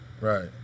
Right